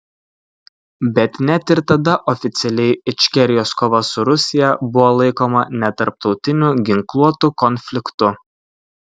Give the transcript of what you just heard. bet net ir tada oficialiai ičkerijos kova su rusija buvo laikoma netarptautiniu ginkluotu konfliktu